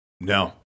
No